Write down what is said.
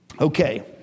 Okay